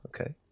okay